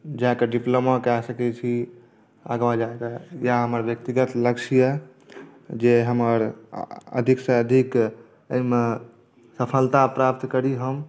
जा कऽ डिप्लोमा कए सकैत छी आगाँ जाए कऽ इएह हमर व्यक्तिगत लक्ष्य यए जे हमर अधिकसँ अधिक एहिमे सफलता प्राप्त करी हम